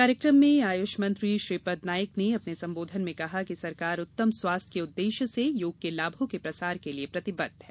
कार्यकम में आयुष मंत्री श्रीपद नाईक ने अपने संबोधन में कहा कि सरकार उत्तम स्वास्थ्य के उद्देश्य से योग के लाभों के प्रसार के लिए प्रतिबद्ध है